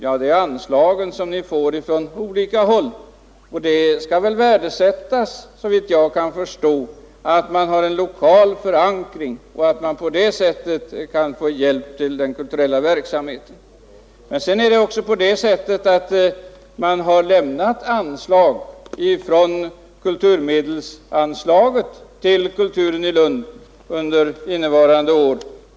Kulturen i Lund får anslag från 115 olika håll, och det bör väl värdesättas, såvitt jag kan förstå, att museet har en lokal förankring och på det sättet kan få hjälp till den kulturella verksamheten. Dessutom har 50 000 kronor från kulturmedelsanslaget ställts till förfogande under innevarande år.